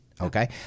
okay